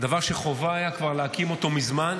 דבר שחובה היה כבר להקים אותו מזמן.